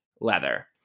Leather